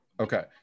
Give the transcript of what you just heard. Okay